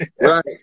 Right